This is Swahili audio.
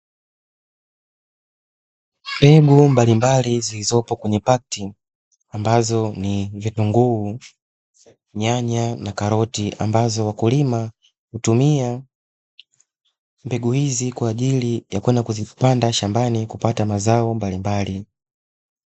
Mbegu mbalimbali zilizopo kwenye pakiti, ambazo ni vitunguu, nyanya na karoti, ambazo wakulima hutumia mbegu hizi kwa ajili ya kuzipanda shambani na kupata mazao mbalimbali.